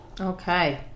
okay